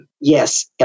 Yes